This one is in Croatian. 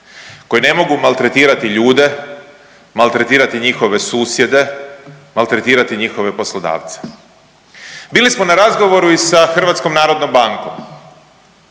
koji ne mogu maltretirati ljude, maltretirati njihove susjede, maltretirati njihove poslodavce. Bili smo i na razgovoru i sa HNB-om i tamo nam